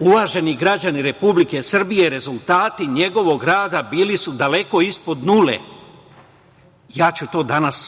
Uvaženi građani Republike Srbije, rezultati njegovog rada bili su daleko ispod nule. Ja ću to danas